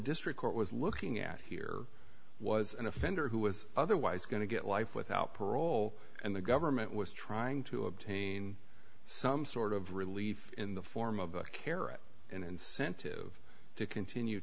district court was looking at here was an offender who was otherwise going to get life without parole and the government was trying to obtain some sort of relief in the form of a carrot and incentive to continue